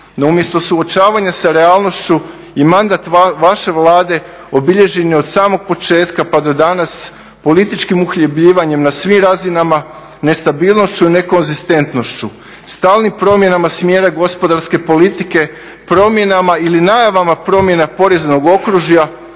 No umjesto suočavanja sa realnošću i mandat vaše Vlade obilježen je od samog početka pa do danas političkim uhljebljivanjem na svim razinama nestabilnošću i nekonzistentnošću, stalnim promjenama smjera gospodarske politike, promjenama ili najavama promjena poreznog okružja,